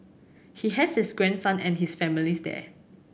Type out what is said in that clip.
he has his grandson and his families there